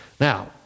Now